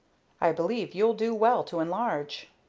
i believe you'll do well to enlarge.